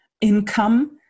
income